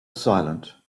silent